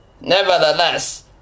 Nevertheless